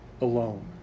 alone